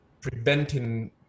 preventing